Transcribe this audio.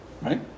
Right